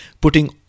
putting